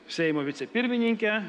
seimo vicepirmininke